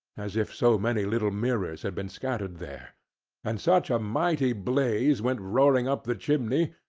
as if so many little mirrors had been scattered there and such a mighty blaze went roaring up the chimney,